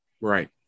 right